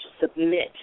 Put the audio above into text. submit